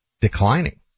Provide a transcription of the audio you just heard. declining